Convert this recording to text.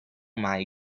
mai